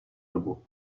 dobu